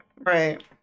right